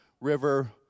river